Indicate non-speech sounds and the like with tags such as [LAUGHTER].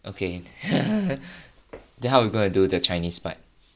okay [BREATH] then how we gonna do the chinese part